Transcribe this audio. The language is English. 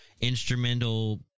instrumental